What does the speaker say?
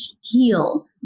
heal